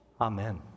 Amen